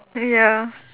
ya